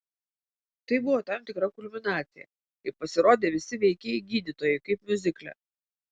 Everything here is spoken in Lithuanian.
tai buvo tam tikra kulminacija kai pasirodė visi veikėjai gydytojai kaip miuzikle